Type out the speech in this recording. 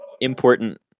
important